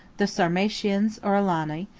the sarmatians, or alani,